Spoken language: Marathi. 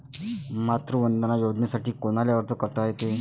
मातृवंदना योजनेसाठी कोनाले अर्ज करता येते?